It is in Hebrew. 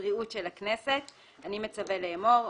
של הכנסת, אני מצווה לאמור: